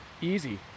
easy